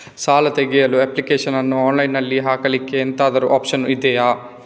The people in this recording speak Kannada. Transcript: ಸಾಲ ತೆಗಿಯಲು ಅಪ್ಲಿಕೇಶನ್ ಅನ್ನು ಆನ್ಲೈನ್ ಅಲ್ಲಿ ಹಾಕ್ಲಿಕ್ಕೆ ಎಂತಾದ್ರೂ ಒಪ್ಶನ್ ಇದ್ಯಾ?